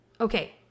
Okay